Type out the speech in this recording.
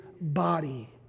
body